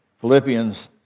Philippians